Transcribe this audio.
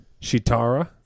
Shitara